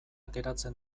geratzen